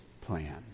plan